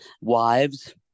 wives